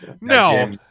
no